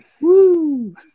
woo